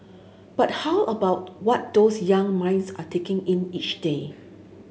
but how about what those young minds are taking in each day